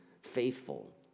Faithful